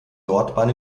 nordbahn